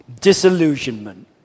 disillusionment